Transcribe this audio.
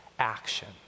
action